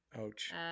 Ouch